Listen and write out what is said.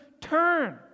turn